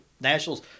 Nationals